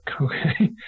Okay